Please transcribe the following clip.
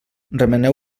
remeneu